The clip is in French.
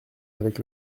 avec